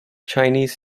chinese